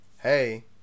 hey